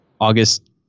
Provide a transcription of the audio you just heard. August